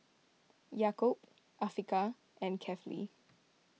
Yaakob Afiqah and Kefli